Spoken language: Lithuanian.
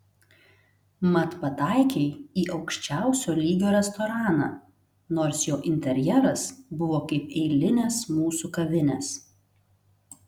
mat pataikei į aukščiausio lygio restoraną nors jo interjeras buvo kaip eilinės mūsų kavinės